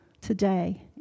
today